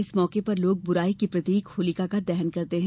इस मौके पर लोग बुराई की प्रतीक होलिका का दहन करते हैं